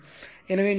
எனவே நீங்கள் 0